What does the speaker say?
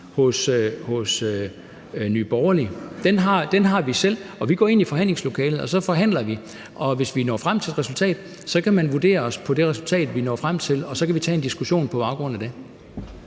hos Nye Borgerlige. Den har vi selv, og vi går ind i forhandlingslokalet, og så forhandler vi, og hvis vi når frem til et resultat, kan man vurdere os på det resultat, og så kan vi tage en diskussion på baggrund af det.